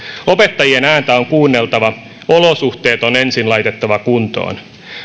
opettajien ääntä on kuunneltava olosuhteet on ensin laitettava kuntoon